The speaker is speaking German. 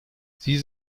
sie